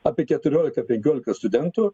apie keturiolika penkiolika studentų